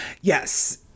Yes